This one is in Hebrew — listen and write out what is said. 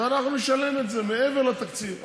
ואנחנו נשלם את זה מעבר לתקציב.